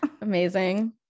amazing